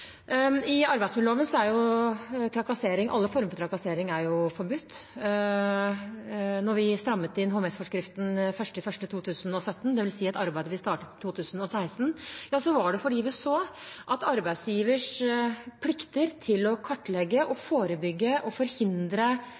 I arbeidsmiljøloven er alle former for trakassering forbudt. Da vi strammet inn HMS-forskriften 1. januar 2017, dvs. at arbeidet ble startet i 2016, var det fordi vi så at det var behov for å forsterke arbeidsgivers plikter til å kartlegge, forebygge og forhindre